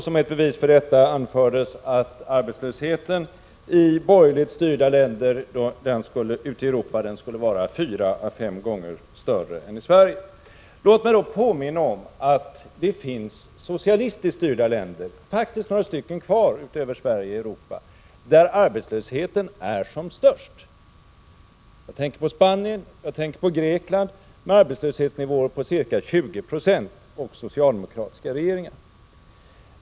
Som ett bevis på detta anfördes att arbetslösheten i borgerligt styrda länder ute i Europa skulle vara fyra å fem gånger större än i Sverige. Låt mig då påminna om att det faktiskt finns kvar några länder i Europa som är socialistiskt styrda och att arbetslösheten där är som störst. Jag tänker på Spanien och Grekland, som har arbetslöshetsnivåer på ca 20 96 och socialdemokratiska regeringar.